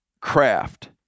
craft